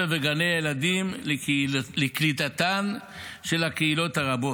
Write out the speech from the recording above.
וגני הילדים לקליטתן של הקהילות הרבות.